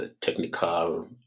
technical